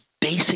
basic